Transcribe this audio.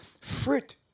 fruit